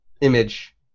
image